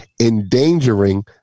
endangering